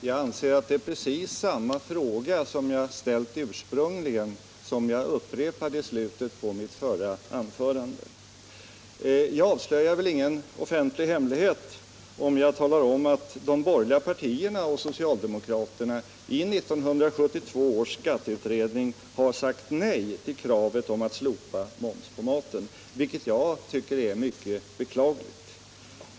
Nr 12 Herr talman! Jag anser att den fråga som jag upprepade i slutet av Torsdagen den mitt förra anförande är precis samma fråga som den jag ställde ursprung 20 oktober 1977 ligen. Det avslöjas väl inte någon offentlig hemlighet, om jag talar om att de borgerliga partierna och socialdemokraterna i 1972 års skatte Om slopande av utredning sagt nej till kravet på ett slopande av momsen på maten, vilket mervärdeskatten på jag tycker är mycket beklagligt.